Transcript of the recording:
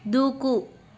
దూకు